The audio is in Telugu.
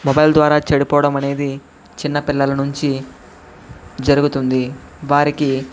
మొబైల్ ద్వారా చెడిపోవడం అనేది చిన్నపిల్లల నుంచి జరుగుతుంది వారికి